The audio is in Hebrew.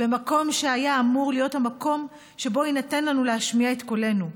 במקום שהיה אמור להיות המקום שבו יינתן לנו להשמיע את קולנו.